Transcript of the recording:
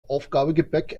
aufgabegepäck